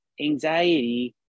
anxiety